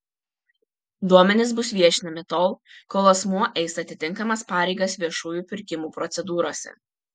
duomenys bus viešinami tol kol asmuo eis atitinkamas pareigas viešųjų pirkimų procedūrose